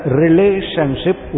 relationship